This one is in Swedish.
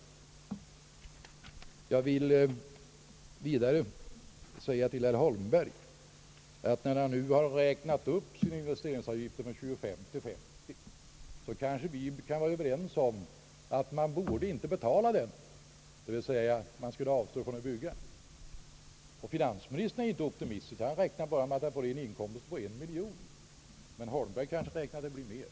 Slutligen vill jag säga till herr Holmberg, att när han nu räknat upp sina investeringsavgifter från 25 till 50 procent så kanske vi kan vara överens om att man inte borde betala sådana avgifter utan avstå från att bygga. Finansministern är ju inte heller optimist utan räknar bara med en miljon i inkomster härav. Men herr Holmberg utgår kanske från att det skall bli mer.